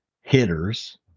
hitters